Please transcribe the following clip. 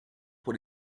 pour